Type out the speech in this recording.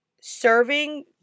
serving